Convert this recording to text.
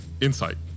Insight